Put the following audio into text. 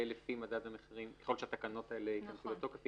אם התקנות האלה ייכנסו לתוקף,